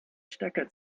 stecker